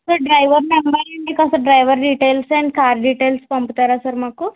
sir driver number ఉంటే కాస్త driver details and car details పంపుతారా సార్ మాకు